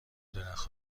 درخت